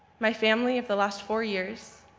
my family of the last four years,